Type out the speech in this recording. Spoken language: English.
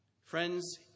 Friends